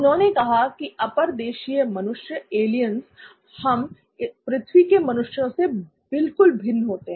उन्होंने कहा कि अपर देशीय मनुष्य हम पृथ्वी के मनुष्यों से बिल्कुल भिन्न होते हैं